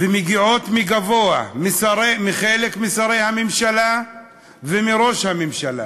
ומגיעות מגבוה, מחלק משרי הממשלה ומראש הממשלה,